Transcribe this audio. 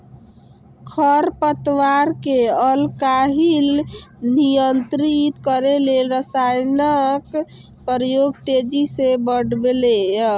खरपतवार कें आइकाल्हि नियंत्रित करै लेल रसायनक प्रयोग तेजी सं बढ़लैए